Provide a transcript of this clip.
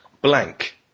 Blank